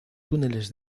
túneles